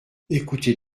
ecoutez